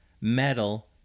Metal